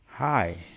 Hi